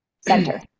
center